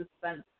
suspense